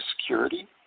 security